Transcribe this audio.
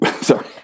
sorry